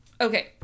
Okay